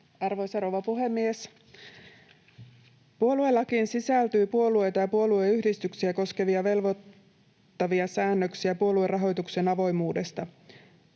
Arvoisa rouva puhemies! Puoluelakiin sisältyy puolueita ja puolueyhdistyksiä koskevia velvoittavia säännöksiä puoluerahoituksen avoimuudesta.